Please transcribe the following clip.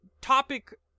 topic